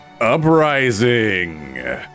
Uprising